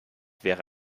wäre